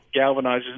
galvanizes